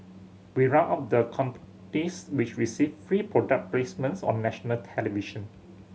we round up the companies which received free product placements on national television